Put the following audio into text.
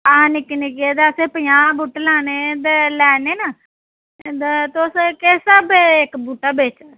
हां निक्के निक्के ते असें पंजाह् बहूटे लैने हे लैने न ते तुस किस साह्बै दा इक बहूटा बेचना ऐ